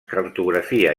cartografia